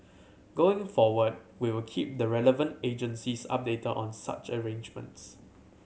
going forward we will keep the relevant agencies updated on such arrangements